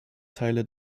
teile